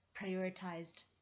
prioritized